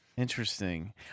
Interesting